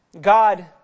God